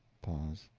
pause.